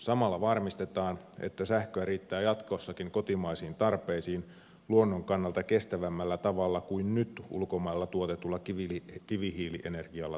samalla varmistetaan että sähköä riittää jatkossakin kotimaisiin tarpeisiin luonnon kannalta kestävämmällä tavalla kuin nyt ulkomailla tuotetulla kivihiilienergialla tuotettuna